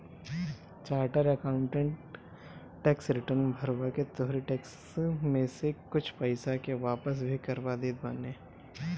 charter accountant tax return भरवा के तोहरी टेक्स में से कुछ पईसा के वापस भी करवा देत बाने